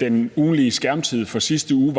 den ugentlige skærmtid, hvad den var for sidste uge,